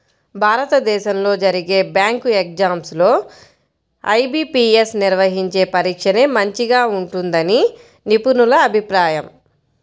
భారతదేశంలో జరిగే bank exams లో ఐ.బీ.పీ.యస్ నిర్వహించే పరీక్షనే మంచిగా ఉంటుందని నిపుణుల అభిప్రాయం